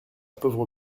pauvre